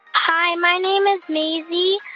hi. my name is maisie.